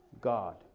God